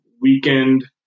weakened